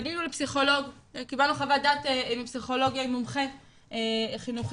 פנינו לפסיכולוג וקיבלנו חוות דעת מפסיכולוג מומחה חינוכי,